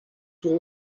will